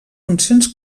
funcions